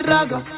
Raga